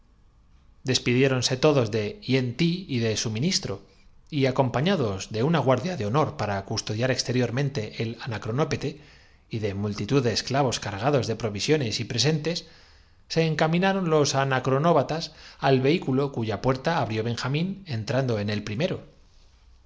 pedire despidiéronse todos de hien ti y de su ministro y acompañados de una guardia de honor para custodiar exteriormente el anacronópete y de multitud de es v clavos cargados de provisiones y presentes se enca minaron los anacronóbatas al vehículo cuya puerta abrió benjamín entrando en él el primero